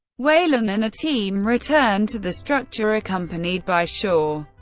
weyland and a team return to the structure, accompanied by shaw.